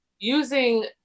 using